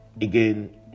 again